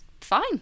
fine